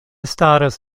staras